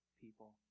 people